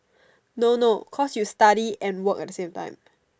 no no because you study and work at the same time